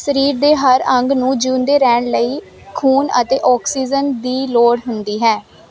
ਸਰੀਰ ਦੇ ਹਰ ਅੰਗ ਨੂੰ ਜਿਉਂਦੇ ਰਹਿਣ ਲਈ ਖੂਨ ਅਤੇ ਆਕਸੀਜਨ ਦੀ ਲੋੜ ਹੁੰਦੀ ਹੈ